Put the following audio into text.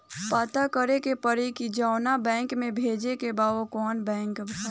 पता करे के पड़ी कि जवना बैंक में भेजे के बा उ कवन बैंक ह